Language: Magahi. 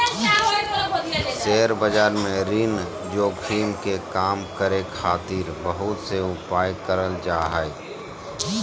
शेयर बाजार में ऋण जोखिम के कम करे खातिर बहुत से उपाय करल जा हय